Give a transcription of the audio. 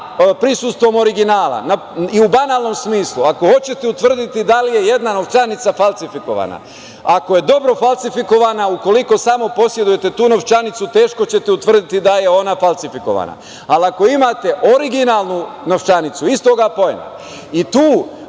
prisustvom originala i u banalnom smislu, ako hoćete utvrditi da li je jedna novčanica falsifikovana, ako je dobro falsifikovana, ukoliko samo posedujete tu novčanicu teško ćete utvrditi da je ona falsifikovana. Ali, ako imate originalnu novčanicu istog apoena i tu